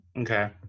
okay